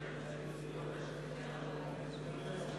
התעבורה (חובת התקנת חיישנים ברכב מסחרי או